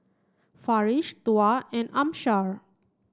Farish Tuah and Amsyar